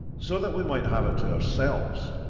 so that we might have it to ourselves,